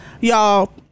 y'all